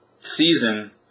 season